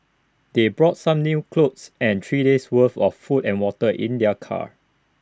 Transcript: they brought some day clothes and three days' worth of food and water in their car